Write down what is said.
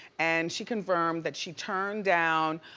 and she confirmed that she turned down